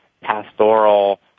pastoral